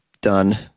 done